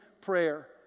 prayer